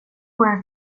jag